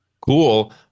cool